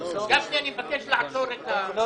גפני, אני מבקש לעצור את הפנייה.